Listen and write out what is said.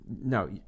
No